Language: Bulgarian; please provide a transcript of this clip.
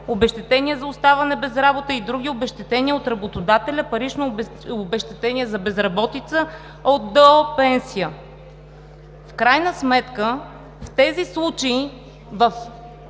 обезщетения за оставане без работа и други обезщетения от работодателя, парично обезщетение за безработица от ДОО пенсия.“ В крайна сметка, в тези случаи в